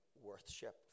worship